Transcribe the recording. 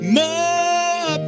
more